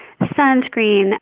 sunscreen